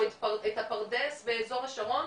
או את הפרדס באזור השרון,